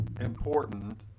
important